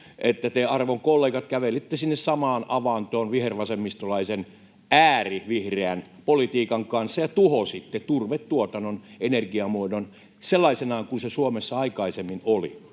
että te, arvon kollegat, kävelitte sinne samaan avantoon vihervasemmistolaisen äärivihreän politiikan kanssa ja tuhositte turvetuotannon energiamuotona sellaisena kuin se Suomessa aikaisemmin oli.